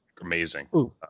amazing